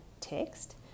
text